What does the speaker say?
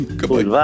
goodbye